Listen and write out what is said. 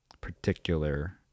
particular